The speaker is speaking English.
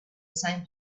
same